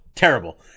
terrible